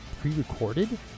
pre-recorded